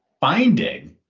Finding